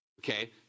okay